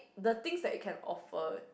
the things that it can offer